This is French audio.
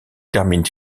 termine